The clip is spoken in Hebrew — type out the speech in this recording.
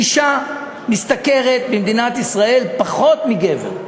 אישה משתכרת במדינת ישראל פחות מגבר.